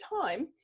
time